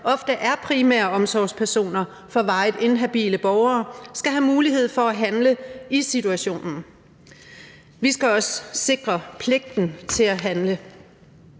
ofte er primære omsorgspersoner for varigt inhabile borgere, skal have mulighed for at handle i situationen. Vi skal også sikre pligten til at handle.